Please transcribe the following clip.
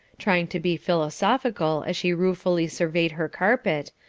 trying to be philosophical as she ruefully surveyed her carpet,